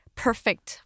perfect